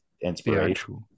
inspiration